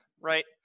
right